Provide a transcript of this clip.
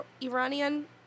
Iranian